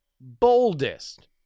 boldest